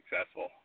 successful